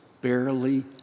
barely